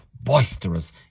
boisterous